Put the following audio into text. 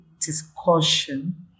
discussion